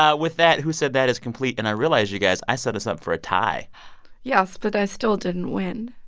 ah with that, who said that is complete. and i realize, you guys, i set us up for a tie yes, but i still didn't win